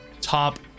top